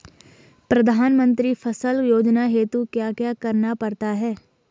प्रधानमंत्री फसल योजना हेतु क्या क्या करना पड़ता है?